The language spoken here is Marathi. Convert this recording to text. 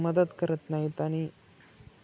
मदत करत नाहीत आणि